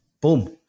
Boom